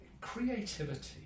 creativity